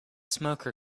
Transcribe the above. smoker